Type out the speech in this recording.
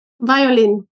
Violin